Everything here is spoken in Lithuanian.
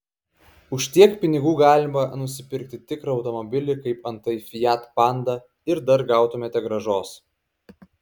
už tiek pinigų galima nusipirkti tikrą automobilį kaip antai fiat panda ir dar gautumėte grąžos